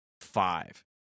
five